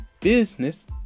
business